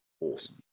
awesome